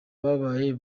babaye